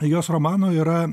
jos romano yra